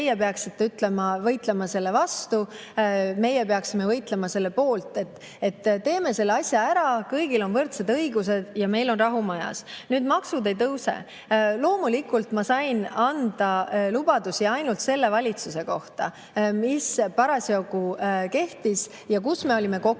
teie peaksite võitlema selle vastu ja meie peaksime võitlema selle poolt. Teeme selle asja ära, kõigil on võrdsed õigused ja meil on rahu majas. Nüüd, et maksud ei tõuse – loomulikult ma sain anda lubadusi ainult selle valitsuse kohta, mis parasjagu oli ja kus me olime väga